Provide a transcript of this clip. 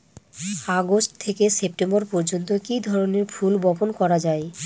August থেকে September পর্যন্ত কি ধরনের ফুল বপন করা যায়?